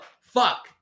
Fuck